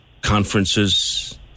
conferences